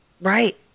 Right